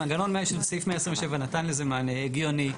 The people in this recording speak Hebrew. מנגנון סעיף 127 נתן לזה מענה הגיוני.